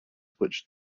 which